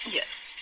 Yes